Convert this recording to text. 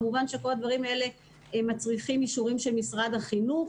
כמובן שכל הדברים האלה מצריכים אישורים של משרד החינוך